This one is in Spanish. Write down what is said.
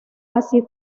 así